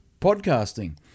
podcasting